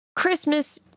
Christmas